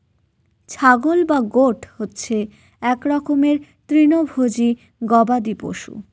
ছাগল বা গোট হচ্ছে এক রকমের তৃণভোজী গবাদি পশু